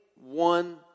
one